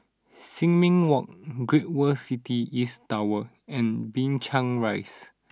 Sin Ming Walk Great World City East Tower and Binchang Rise